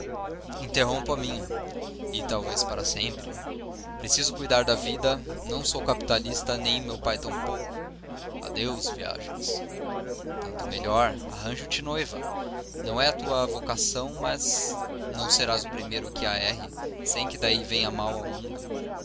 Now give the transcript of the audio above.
minha e talvez para sempre preciso cuidar da vida não sou capitalista nem meu pai tampouco adeus viagens tanto melhor arranjo te noiva não é a tua vocação mas não serás o primeiro que a erre sem que daí venha mal ao mundo